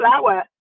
flower